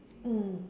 mm